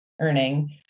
earning